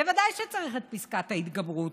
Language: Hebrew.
בוודאי שצריך את פסקת ההתגברות,